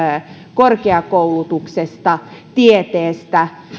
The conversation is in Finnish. korkeakoulutuksesta tieteestä